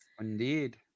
Indeed